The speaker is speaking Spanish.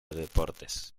deportes